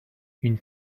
une